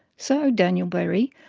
so, daniel berry,